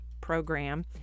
program